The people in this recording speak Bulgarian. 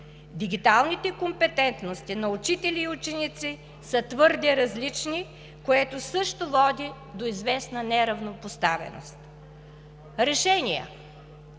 Дигиталните компетентности на учители и ученици са твърде различни, което също води до известна неравнопоставеност. Решения: